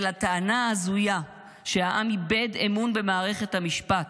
ולטענה ההזויה שהעם איבד אמון במערכת המשפט,